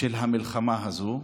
של המלחמה הזאת.